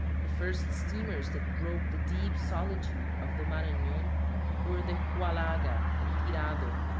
the first steamers that broke the deep solitude of the maranon were the huallaga and tirado,